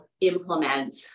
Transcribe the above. implement